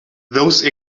those